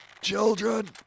children